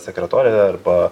sekretorė arba